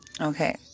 Okay